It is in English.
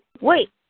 Wait